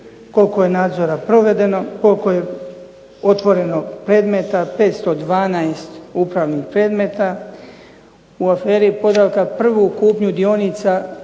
koliko je nadzora provedeno, koliko je otvoreno predmete, 512 otvorenih predmeta. U aferi Podravka prvu kupnju dionica